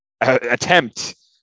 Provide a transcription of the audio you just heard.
attempt